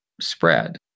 spread